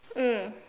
mm